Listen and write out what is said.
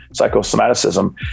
psychosomaticism